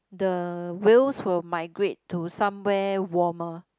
the whales will migrate to somewhere warmer